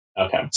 Okay